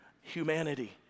humanity